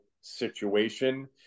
situation